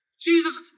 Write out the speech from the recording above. Jesus